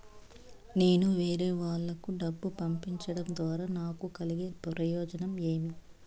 నేను వేరేవాళ్లకు డబ్బులు పంపించడం ద్వారా నాకు కలిగే ప్రయోజనం ఏమి?